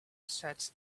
such